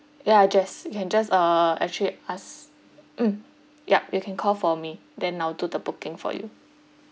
yeah jess you can just uh actually ask mm yup you can call for me then I'll do the booking for you